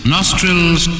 nostrils